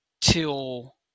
till